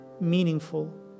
meaningful